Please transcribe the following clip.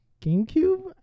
GameCube